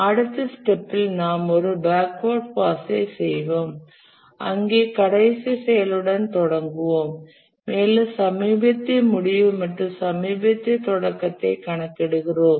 அடுத்த ஸ்டெப்பில் நாம் ஒரு பேக்வேர்ட் பாஸை செய்வோம் அங்கு கடைசிச் செயலுடன் தொடங்குவோம் மேலும் சமீபத்திய முடிவு மற்றும் சமீபத்திய தொடக்கத்தை கணக்கிடுகிறோம்